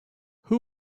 who